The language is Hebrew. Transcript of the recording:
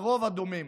הרוב הדומם.